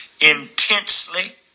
intensely